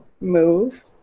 move